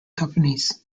companies